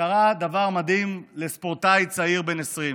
קרה דבר מדהים לספורטאי צעיר בן 20,